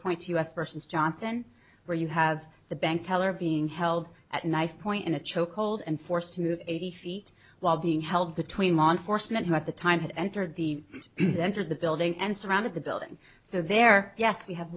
point to us versus johnson where you have the bank teller being held at knife point in a choke hold and forced to move eighty feet while being held between law enforcement who at the time had entered the entered the building and surrounded the building so there yes we have